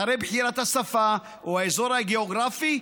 אחרי בחירת השפה או האזור הגיאוגרפי,